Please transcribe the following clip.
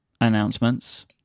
announcements